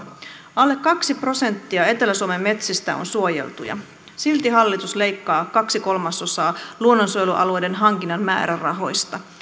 alle kaksi prosenttia etelä suomen metsistä on suojeltuja silti hallitus leikkaa kaksi kolmasosaa luonnonsuojelualueiden hankinnan määrärahoista